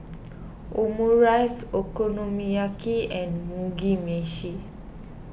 Omurice Okonomiyaki and Mugi Meshi